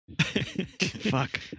Fuck